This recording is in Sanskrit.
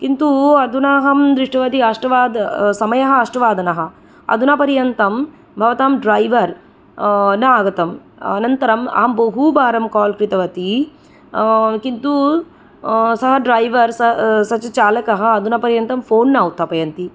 किन्तु अधुना अहं दृष्टवती अष्टवाद समयः अष्टवादनं अधुना पर्यन्तं भवतां ड्रैवर् न आगतम् अनन्तरम् अहं बहूवारं काल् कृतवती किन्तु स ड्रैवर् स च चालकः अधुना पर्यन्तं फोन् न उत्थापयति